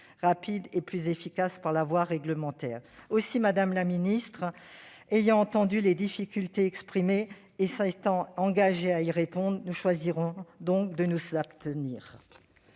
rapide et plus efficace par la voie réglementaire. Aussi, comme Mme la ministre a entendu les difficultés exprimées et s'est engagée à y répondre, nous choisirons de nous abstenir.